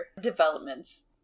developments